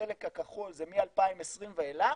החלק הכחול זה מ-2020 ואילך,